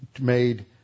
made